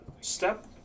Step